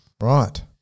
Right